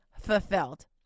fulfilled